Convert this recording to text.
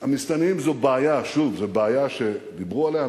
המסתננים זו בעיה, שוב, זו בעיה שדיברו עליה.